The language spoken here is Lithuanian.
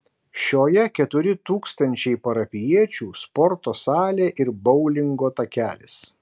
šioje keturi tūkstančiai parapijiečių sporto salė ir boulingo takelis